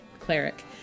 cleric